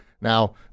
now